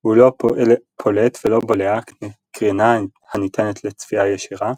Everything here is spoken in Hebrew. הוא לא פולט ולא בולע קרינה הניתנת לצפייה ישירה,